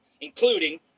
Including